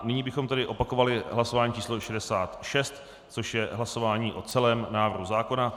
Nyní bychom tedy opakovali hlasování číslo 66, což je hlasování o celém návrhu zákona.